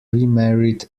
remarried